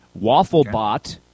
Wafflebot